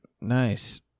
Nice